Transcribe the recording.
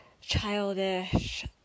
childish